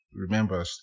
remember